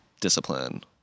discipline